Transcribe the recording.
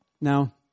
Now